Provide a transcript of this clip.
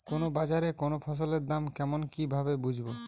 কোন বাজারে কোন ফসলের দাম কেমন কি ভাবে বুঝব?